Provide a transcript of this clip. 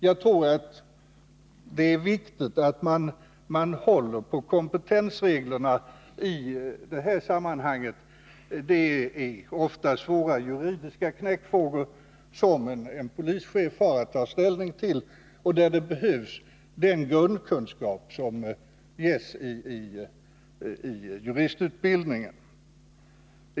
Jag tror att det är viktigt att man håller på kompetensreglerna i det här sammanhanget. Det är ofta svåra juridiska knäckfrågor som en polischef har 1 att ta ställning till, där man behöver den grundkunskap som ges i juristutbildningen.